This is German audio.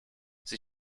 sie